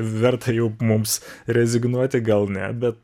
verta jau mums rezignuoti gal ne bet